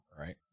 Right